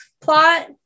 plot